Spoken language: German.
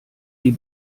die